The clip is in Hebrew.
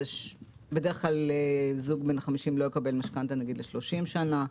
בדרך כלל זוג בן 50 לא יקבל משכנתא ל-30 שנה.